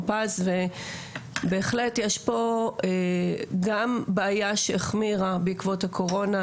פז ובהחלט יש פה גם בעיה שהחמירה בעקבות הקורונה,